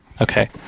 Okay